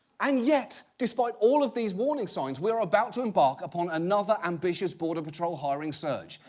and yet, despite all of these warning signs, we are about to embark upon another ambitious border patrol hiring surge.